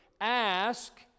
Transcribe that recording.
Ask